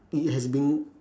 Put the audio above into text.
it has been